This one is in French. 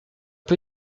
peu